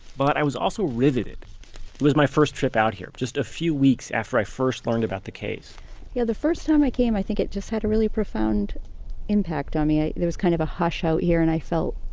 but i was also riveted. it was my first trip out here, just a few weeks after i first learned about the case yeah the first time i came i think it just had a really profound impact on me. there was kind of a hush out here and i felt.